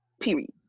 Period